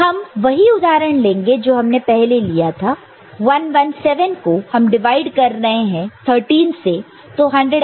हम वही उदाहरण लेंगे जो हमने पहले लिया था 117 को हम डिवाइड कर रहे हैं 13 से